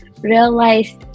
realized